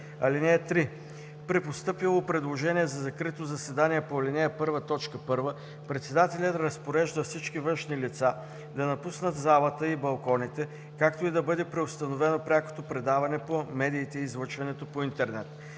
(3) При постъпило предложение за закрито заседание по ал. 1, т. 1 председателят разпорежда всички външни лица да напуснат залата и балконите, както и да бъде преустановено прякото предаване по медиите и излъчването по интернет.